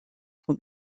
vom